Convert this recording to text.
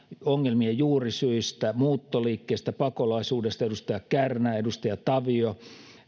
ongelmien juurisyistä muuttoliikkeestä pakolaisuudesta edustaja kärnä edustaja tavio